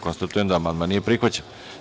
Konstatujem da amandman nije prihvaćen.